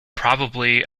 probably